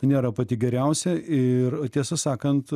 nėra pati geriausia ir tiesą sakant